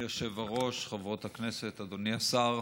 אדוני היושב-ראש, חברות הכנסת, אדוני השר,